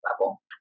level